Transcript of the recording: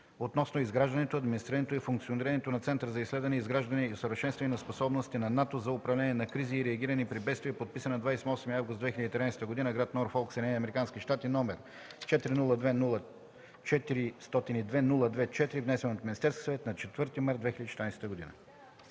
относно изграждането, администрирането и функционирането на Център за изследване, изграждане и усъвършенстване на способности на НАТО за управление на кризи и реагиране при бедствия, подписан на 28 август 2013 г. в Норфолк, Съединени американски щати, № 402-02-4, внесен от Министерския съвет на 4 март 2014 г.”